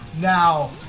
Now